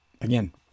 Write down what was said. Again